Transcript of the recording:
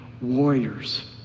warriors